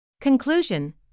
Conclusion